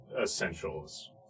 essentials